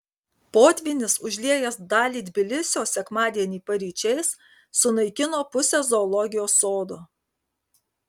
potvynis užliejęs dalį tbilisio sekmadienį paryčiais sunaikino pusę zoologijos sodo